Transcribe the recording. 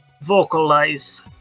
Vocalize